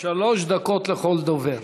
שלוש דקות לכל דובר.